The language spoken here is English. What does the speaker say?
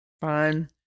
Fine